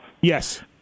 Yes